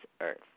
earth